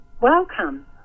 Welcome